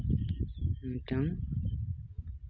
ᱢᱤᱫᱴᱟᱱ